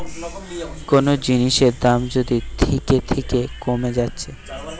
কুনো জিনিসের দাম যদি থিকে থিকে কোমে যাচ্ছে